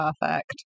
perfect